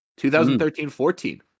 2013-14